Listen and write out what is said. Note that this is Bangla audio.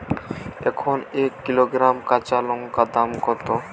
এখন এক কিলোগ্রাম কাঁচা লঙ্কার দাম কত?